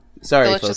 sorry